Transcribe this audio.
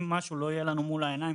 אם משהו לא יהיה לנו מול העיניים,